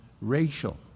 racial